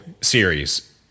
series